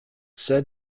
said